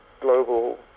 global